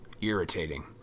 irritating